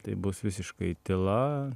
tai bus visiškai tyla